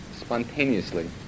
spontaneously